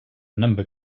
number